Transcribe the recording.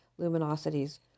luminosities